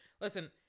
Listen